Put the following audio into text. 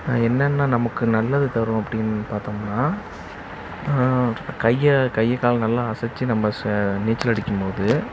என்னென்ன நமக்கு நல்லது தரும் அப்படின்னு பார்த்தோம்னா கையை கையை கால நல்லா அசைத்து நம்ப ச நீச்சல் அடிக்கும் போது